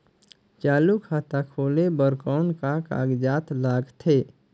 चालू खाता खोले बर कौन का कागजात लगथे?